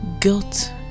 Guilt